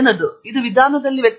ಇದು ವಿಧಾನದಲ್ಲಿ ವ್ಯತ್ಯಾಸವಿದೆ